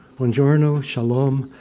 bongiorno, shalom.